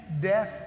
death